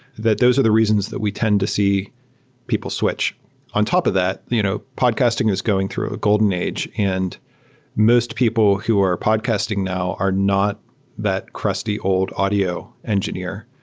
that those are the reasons that we tend to see people switch on top of that, you know podcasting is going through a golden age. and most people who are podcasting now are not that crusty old audio engineer.